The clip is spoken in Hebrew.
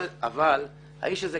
אבל האיש הזה,